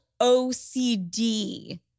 OCD